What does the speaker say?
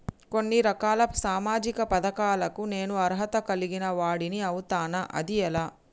కొన్ని రకాల సామాజిక పథకాలకు నేను అర్హత కలిగిన వాడిని అవుతానా? అది ఎలా?